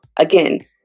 again